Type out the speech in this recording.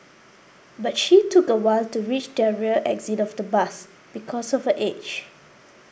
but she took a while to reach the rear exit of the bus because of her age